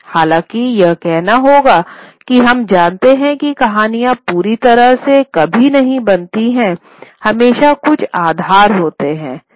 हालाँकि यह कहना होगा कि हम जानते हैं कि कहानियाँ पूरी तरह से कभी नहीं बनती हैं हमेशा कुछ आधार होते थे